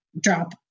drop